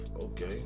Okay